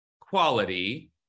quality